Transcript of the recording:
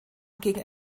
gegen